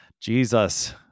Jesus